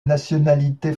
nationalité